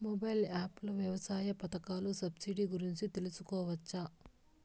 Mobile app లో వ్యవసాయ పథకాల సబ్సిడి గురించి తెలుసుకోవచ్చా?